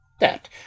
that